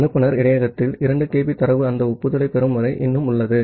அனுப்புநர் இடையகத்தில் 2 kB தரவு அந்த ஒப்புதலைப் பெறும் வரை இன்னும் உள்ளது